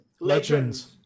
Legends